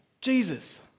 Jesus